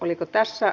oliko tässä